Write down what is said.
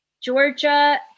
Georgia